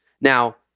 Now